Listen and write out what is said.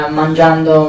mangiando